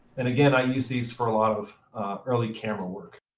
and again, i use these for a lot of early camera work.